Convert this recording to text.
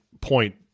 point